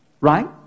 Right